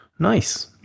Nice